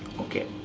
ok